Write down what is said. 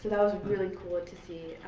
that was really cool to see.